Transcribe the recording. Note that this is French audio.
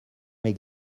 mes